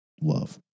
love